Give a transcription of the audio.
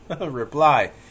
reply